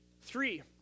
Three